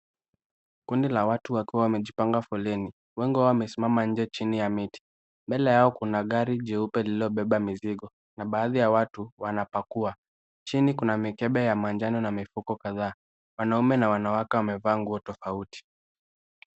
Kundi la watu wakiwa wamejipanga foleni, Wengi wao wamesimama nje chini ya miti. Mbele yao kuna gari jeupe lililobeba mizigo na baadhi ya watu wanapakua. Chini kuna mikebe ya manjano na mifuko kadha. Wanaume na wanawake wamevaa nguo tofauti.